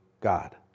God